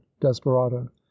desperado